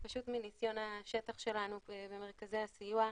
פשוט מניסיון השטח שלנו במרכזי הסיוע,